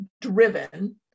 driven